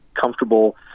comfortable